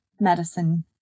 medicine